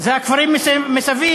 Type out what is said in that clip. זה הכפרים מסביב,